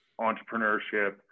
entrepreneurship